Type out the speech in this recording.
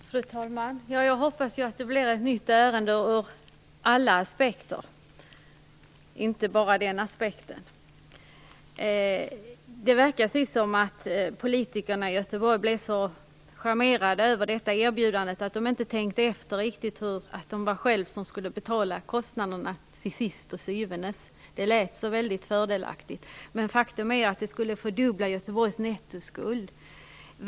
Fru talman! Jag hoppas att det blir ett nytt ärende ur alla aspekter, inte bara ur den aspekten. Det verkar som att politikerna i Göteborg blev så charmerade över detta erbjudande att de inte riktigt tänkte efter och insåg att de var de själva som till sist och syvende skulle betala kostnaderna. Det lät så väldigt fördelaktigt. Men faktum är att det skulle fördubbla Göteborgs nettoskuld.